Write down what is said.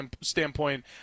standpoint